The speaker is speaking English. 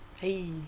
Hey